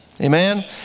Amen